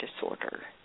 disorder